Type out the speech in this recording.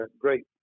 great